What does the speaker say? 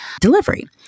delivery